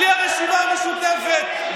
בלי הרשימה המשותפת,